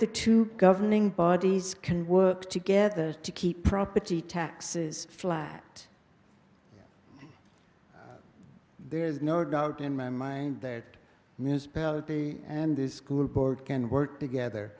to governing bodies can work together to keep property taxes flat there is no doubt in my mind that municipality and the school board can work together